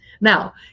Now